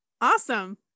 Awesome